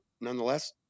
nonetheless